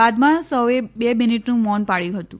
બાદમાં સૌએ બે મિનિટનું મૌન પાબ્યું હતું